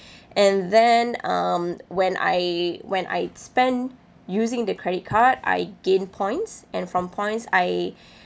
and then um when I when I spend using the credit card I gain points and from points I